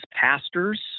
pastors